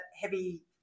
heavy